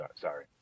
Sorry